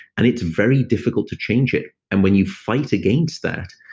and it's very difficult to change it. and when you fight against that,